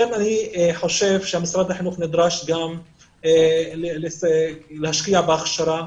לכן אני חושב שמשרד החינוך נדרש גם להשקיע בהכשרה.